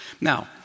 Now